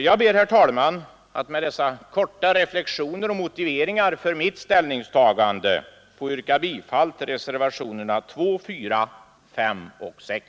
Jag ber, herr talman, att med dessa korta reflexioner och motiveringar för mitt ställningstagande få yrka bifall till reservationerna 2, 4, 5 och 6.